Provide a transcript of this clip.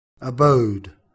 abode